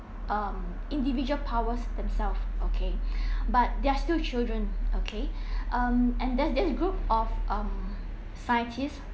um individual powers themselves okay but they're still children okay um and there's this group of um scientist